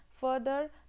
Further